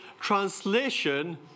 translation